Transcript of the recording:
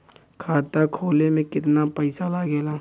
खाता खोले में कितना पईसा लगेला?